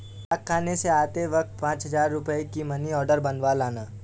डाकखाने से आते वक्त पाँच हजार रुपयों का मनी आर्डर बनवा लाना